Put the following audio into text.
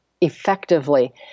effectively